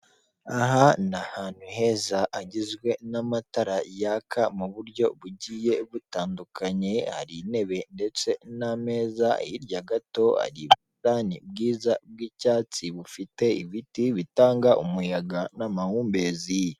Aha ni ahantu heza hagizwe n'amatara yaka mu buryo bugiye butandukanye, hari intebe ndetse n'ameza, hirya gato hari ubusitani bwiza bw'icyatsi bufite ibiti bitanga umuyaga n'amahumbezi.